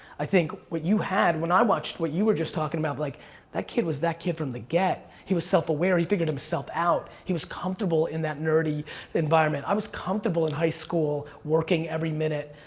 i think, what you had when i watched what you were just talking about, like that kid was that kid from the get. he was self-aware, he figured himself out. he was comfortable in that nerdy environment, i was comfortable in high school working every minute,